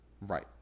Right